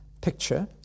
picture